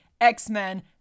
X-Men